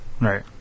Right